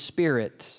Spirit